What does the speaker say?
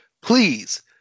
Please